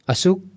Asuk